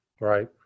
Right